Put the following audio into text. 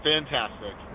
Fantastic